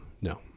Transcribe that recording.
No